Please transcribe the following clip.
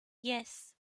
yes